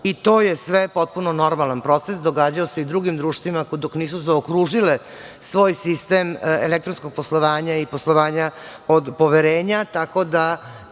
I to je sve potpuno normalan proces. Događao se i u drugim društvima dok nisu zaokružile svoj sistem elektronskog poslovanja i poslovanja od poverenja,